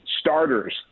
starters